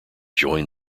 joined